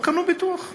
לא קנו ביטוח.